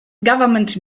government